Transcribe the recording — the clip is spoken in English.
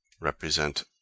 represent